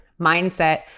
mindset